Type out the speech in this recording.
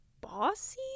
bossy